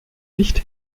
nicht